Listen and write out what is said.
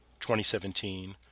2017